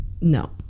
No